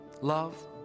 Love